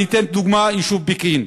אני אתן דוגמה: היישוב פקיעין.